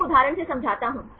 मैं एक उदाहरण से समझाता हूं